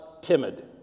timid